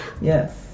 Yes